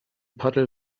paddel